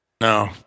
No